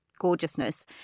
gorgeousness